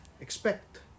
expect